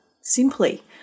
simply